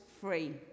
free